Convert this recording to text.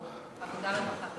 העבודה והרווחה.